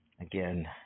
Again